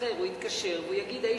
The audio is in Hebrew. הולך למדבקה, הוא, יש לו אתו סכסוך אחר.